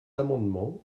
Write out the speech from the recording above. amendement